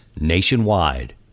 nationwide